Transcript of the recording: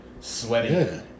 sweaty